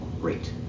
great